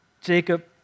Jacob